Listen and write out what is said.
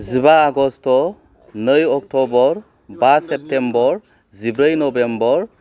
जिबा आगष्ट नै अक्टबर बा सेप्तेम्बर जिब्रै नभेम्बर